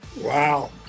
Wow